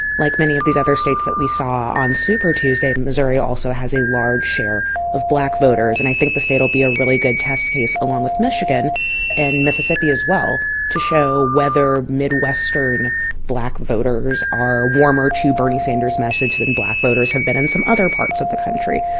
like many of these other states that we saw on super tuesday, missouri also has a large share of black voters. and i think the state will be a really good test case, along with michigan and mississippi as well, to show whether midwestern black voters are warmer to bernie sanders' message than black voters have been in some other parts of the country.